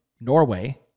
Norway